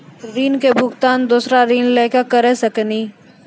ऋण के भुगतान दूसरा ऋण लेके करऽ सकनी?